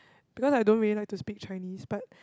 because I don't really like to speak Chinese but